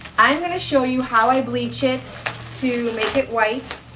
i'm going to show you how i bleach it to make it white.